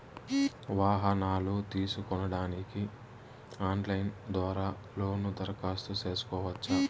వాహనాలు తీసుకోడానికి ఆన్లైన్ ద్వారా లోను దరఖాస్తు సేసుకోవచ్చా?